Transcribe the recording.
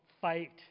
fight